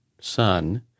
son